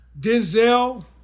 Denzel